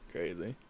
Crazy